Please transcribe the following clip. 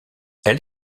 elle